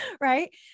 right